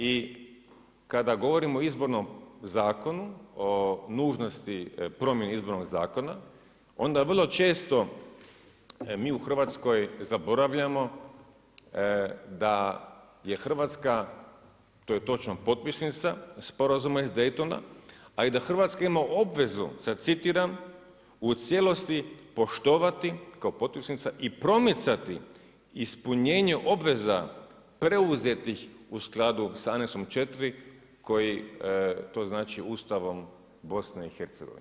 I kada govorimo o izbornom zakonu o nužnost promjene izbornog zakona onda vrlo često mi u Hrvatskoj zaboravljamo da je Hrvatska, to je točno potpisnica Sporazuma iz Daytona a i da Hrvatska ima obvezu, sada citiram u cijelosti poštovati, kao potpisnica i promicati ispunjenje obveza preuzetih u skladu sa aneksom 4 koji, to znači ustavom BiH.